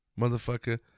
motherfucker